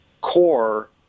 core